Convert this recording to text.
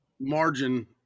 margin